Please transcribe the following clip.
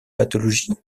pathologie